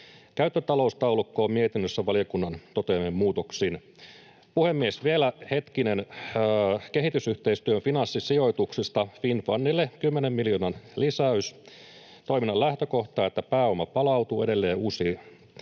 Käyttötaloustaulukko on mietinnössä valiokunnan toteamin muutoksin. Puhemies! Vielä hetkinen kehitysyhteistyön finanssisijoituksista: Finnfundille 10 miljoonan lisäys. Toiminnan lähtökohta on, että pääoma palautuu edelleen uusiin